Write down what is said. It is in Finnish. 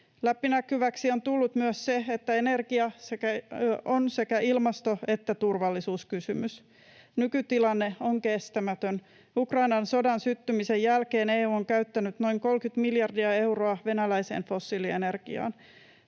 Läpinäkyväksi on tullut myös se, että energia on sekä ilmasto- että turvallisuuskysymys. Nykytilanne on kestämätön. Ukrainan sodan syttymisen jälkeen EU on käyttänyt noin 30 miljardia euroa venäläiseen fossiilienergiaan.